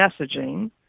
messaging